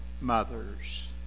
mothers